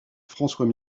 françois